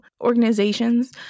organizations